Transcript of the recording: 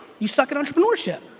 you suck at entrepreneurship.